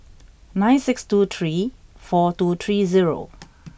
nine six two three four two three zero